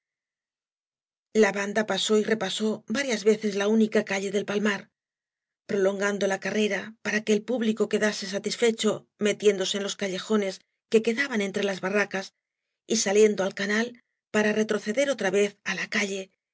la banda pasó y repasó varías veces la única calle del palmar prolongando la carrera para que el público quedase satisfecho metiéndose en los callejones que quedaban entre las barracas y saliendo al canal para retroceder otra vez á la calle